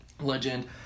legend